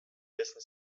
dessen